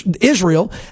Israel